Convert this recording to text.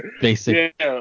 basic